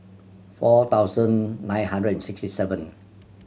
four thousand nine hundred and sixty seven